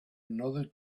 another